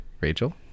Rachel